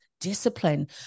discipline